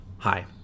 Hi